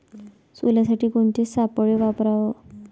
सोल्यासाठी कोनचे सापळे वापराव?